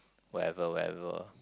wherever wherever